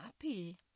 happy